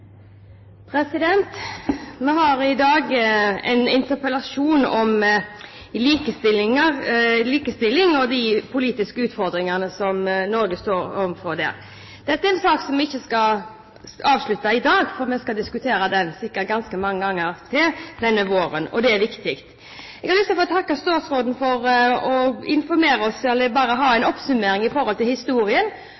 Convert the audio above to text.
de politiske utfordringene som Norge står overfor der. Dette er en sak som vi ikke skal avslutte i dag, for vi skal sikkert diskutere den ganske mange ganger til denne våren, og det er viktig. Jeg har lyst til å takke statsråden for en oppsummering av historien. Når man ser på historien, har det skjedd en